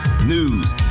news